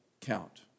count